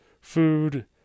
food